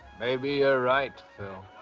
maybe you're right, phil.